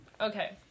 okay